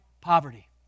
poverty